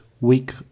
week